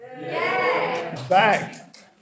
Back